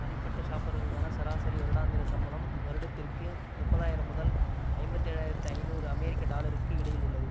தனிப்பட்ட ஷாப்பர்களுக்கான சராசரி வருடாந்திர சம்பளம் வருடத்திற்கு முப்பதாயிரம் முதல் ஐம்பத்து ஏழாயிரத்து ஐந்நூறு அமெரிக்க டாலருக்கு இடையில் உள்ளது